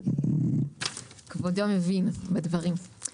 כבודו מבין בדברים.